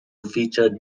feature